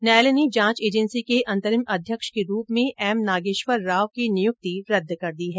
न्यायालय ने जांच एजेन्सी के अंतरिम अध्यक्ष के रूप में एम नागेश्वर राव की नियुक्ति रद्द कर दी है